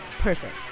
Perfect